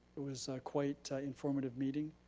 it was a quite informative meeting.